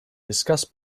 discuss